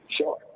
Sure